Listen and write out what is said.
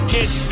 Kiss